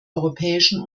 europäischen